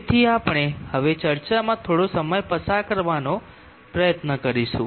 તેથી તે છે જે આપણે હવે ચર્ચામાં થોડો સમય પસાર કરવાનો પ્રયત્ન કરીશું